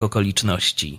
okoliczności